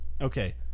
Okay